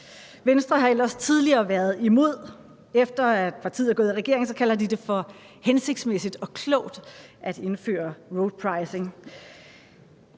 Venstre har ellers tidligere været imod, men efter at partiet er gået i regering, kalder de det for hensigtsmæssigt og klogt at indføre roadpricing.